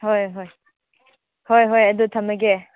ꯍꯣꯏ ꯍꯣꯏ ꯍꯣꯏ ꯍꯣꯏ ꯑꯗꯨ ꯊꯝꯃꯒꯦ